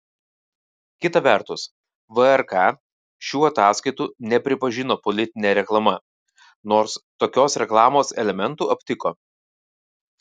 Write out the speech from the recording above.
kita vertus vrk šių ataskaitų nepripažino politine reklama nors tokios reklamos elementų aptiko